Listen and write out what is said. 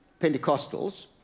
Pentecostals